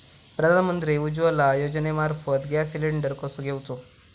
प्रधानमंत्री उज्वला योजनेमार्फत gas cylinder कसो घेऊचो?